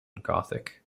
gothic